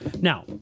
Now